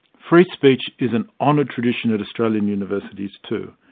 free speech is an honoured tradition at australian universities too.